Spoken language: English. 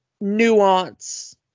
nuance